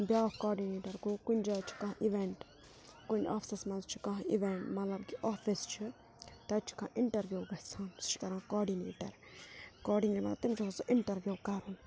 بیٛاکھ کاڈِنیٹَر گوٚو کُنہِ جایہِ چھِ کانٛہہ اِوٮ۪نٹ کُنہِ آفِسَس مَنٛز چھُ کانٛہہ اِوٮ۪نٹ مطلب کہِ آفِس چھِ تَتہِ چھُ کانٛہہ اِنٹَروِو گَژھان سُہ چھُ کَران کاڈِنیٹَر کاڈِنیٹَر مطلب تٔمِس چھُ آسان سُہ اِنٹَروِو کَرُن